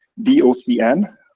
DOCN